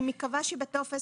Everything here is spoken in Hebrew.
אני מקווה שבטופס